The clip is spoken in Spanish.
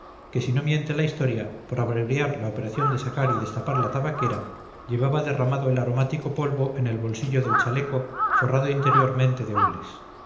que si no miente la historia por abreviar la operación de sacar y destapar la tabaquera llevaba derramado el aromático polvo en el bolsillo del chaleco forrado interiormente de hules